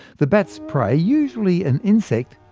the bat's prey, usually an insect,